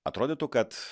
atrodytų kad